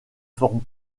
forme